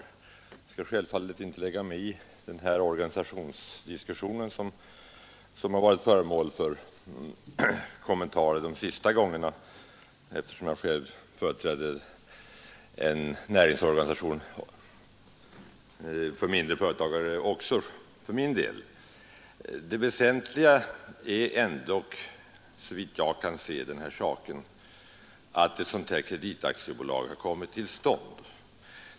Jag skall självfallet inte lägga mig i den organisationsdiskussion som förts eftersom också jag företräder en näringsorganisation för mindre företagare. Det väsentliga i debatten är just såvitt jag kan se att ett kreditaktiebolag för teckning av minoritetsposter nu skall komma till stånd.